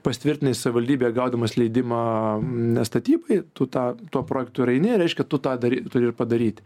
pasitvirtinai savivaldybėje gaudamas leidimą statybai tu tą tuo projektu ir eini reiškia tu tą dar turi ir padaryti